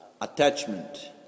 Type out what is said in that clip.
attachment